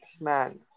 man